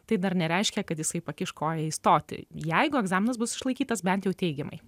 tai dar nereiškia kad jisai pakiš koją įstoti jeigu egzaminas bus išlaikytas bent jau teigiamai